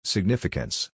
Significance